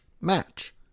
match